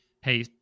hey